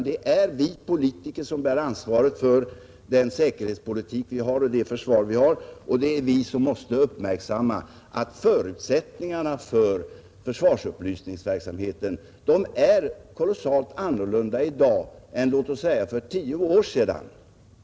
Det är vi politiker som bär ansvaret för landets säkerhetspolitik och försvar, och det är vi som måste uppmärksamma att förutsättningarna för försvarsupplysningsverksamheten är väsentligt andra i dag än de var för låt oss säga tio år sedan.